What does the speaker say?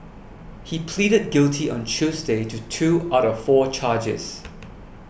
he pleaded guilty on Tuesday to two out of four charges